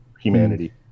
humanity